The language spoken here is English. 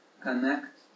connect